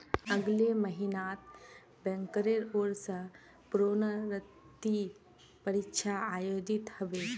अगले महिनात बैंकेर ओर स प्रोन्नति परीक्षा आयोजित ह बे